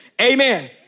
amen